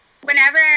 whenever